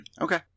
Okay